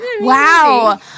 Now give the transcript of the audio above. wow